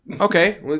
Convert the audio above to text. Okay